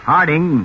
Harding